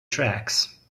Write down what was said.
tracks